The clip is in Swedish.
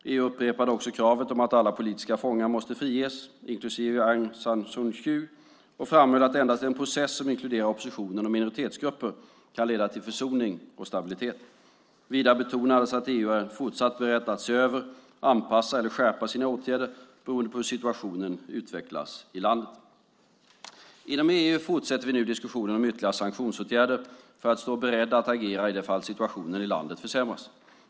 EU upprepade också kravet om att alla politiska fångar måste friges, inklusive Aung San Suu Kyi, och framhöll att endast en process som inkluderar oppositionen och minoritetsgrupper kan leda till försoning och stabilitet. Vidare betonades att EU är fortsatt berett att se över, anpassa eller skärpa sina åtgärder beroende på hur situationen utvecklas i landet. Inom EU fortsätter vi nu diskussionen om ytterligare sanktionsåtgärder för att stå beredda att agera i det fall situationen i landet försämras.